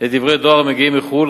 לדברי דואר המגיעים מחו"ל,